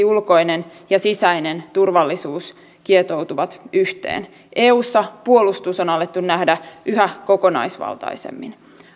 ulkoinen ja sisäinen turvallisuus kietoutuvat yhteen eussa puolustus on alettu nähdä yhä kokonaisvaltaisemmin